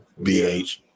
BH